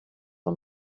for